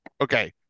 okay